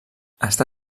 està